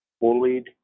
bullied